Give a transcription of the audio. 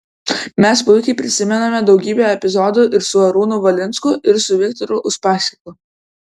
mes puikiai prisimename daugybę epizodų ir su arūnu valinsku ir su viktoru uspaskichu